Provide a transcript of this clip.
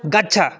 गच्छ